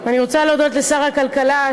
אני רוצה להודות לשר הכלכלה,